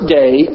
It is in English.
day